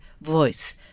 voice